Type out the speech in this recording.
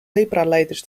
lepralijders